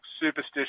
superstitious